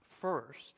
First